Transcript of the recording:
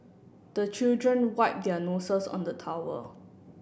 the children wipe their noses on the towel